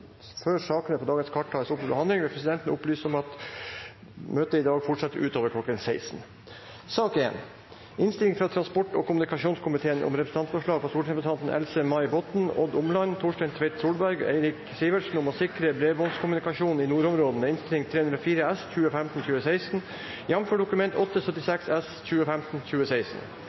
Før sakene på dagens kart tas opp til behandling, vil presidenten opplyse om at møtet i dag fortsetter utover kl. 16. Etter ønske fra transport- og kommunikasjonskomiteen